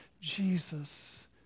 Jesus